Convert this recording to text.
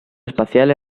espacial